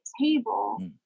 table